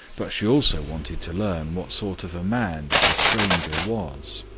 but she also wanted to learn what sort of a man the stranger was.